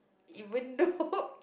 even though